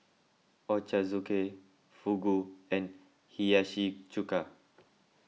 Ochazuke Fugu and Hiyashi Chuka